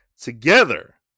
together